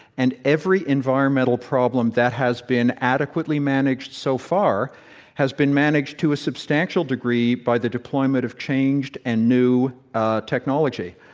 and every environmental problem that has been adequately managed so far has been managed to a substantia degree by the deployment of changed and new technology.